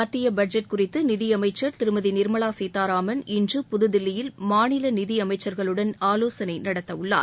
மத்திய பட்ஜெட் குறித்து நிதி அமைச்சர் திருமதி நிர்மலா சீதாராமன் இன்று புதுதில்லியில் மாநில நிதி அமைச்சர்களுடன் ஆலோசனை நடத்த உள்ளார்